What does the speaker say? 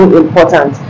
important